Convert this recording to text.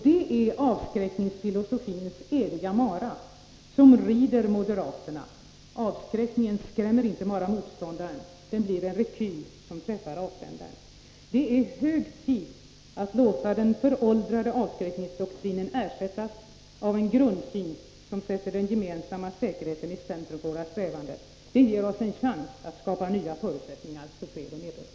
Det är avskräckningsfilosofins eviga mara, som rider moderaterna — avskräckningen skrämmer inte bara motståndaren, den blir en rekyl som träffar avsändaren. Det är hög tid att låta den föråldrade avskräckningsdoktrinen ersättas av en grundsyn som sätter den gemensamma säkerheten i centrum för våra strävanden. Det ger oss en chans att skapa nya förutsättningar för fred och nedrustning.